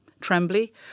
Trembly